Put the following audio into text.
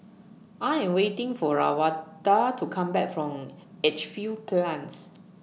I Am waiting For Lavada to Come Back from Edgefield Plains